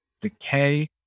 decay